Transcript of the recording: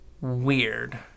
weird